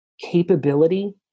capability